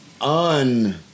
Un